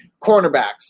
cornerbacks